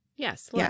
Yes